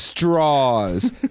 Straws